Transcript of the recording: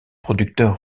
producteur